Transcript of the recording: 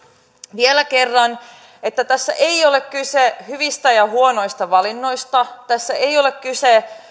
vielä kerran että tässä ei ole kyse hyvistä ja huonoista valinnoista tässä ei ole kyse